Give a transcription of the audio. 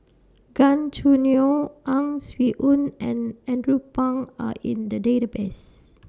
Gan Choo Neo Ang Swee Aun and Andrew Phang Are in The Database